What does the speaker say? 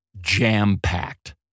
jam-packed